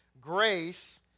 Grace